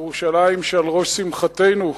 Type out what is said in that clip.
ירושלים שעל ראש שמחתנו,